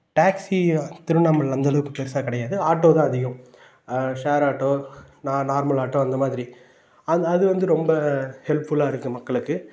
taxi திருவண்ணாமலையில் அந்தளவுக்கு பெருசாக கிடையாது ஆட்டோ தான் அதிகம் ஷேர் ஆட்டோ நா நார்மல் ஆட்டோ அந்தமாதிரி அந்த அதுவந்து ரொம்ப ஹெல்ப்ஃபுல்லாக இருக்குது மக்களுக்கு